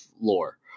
lore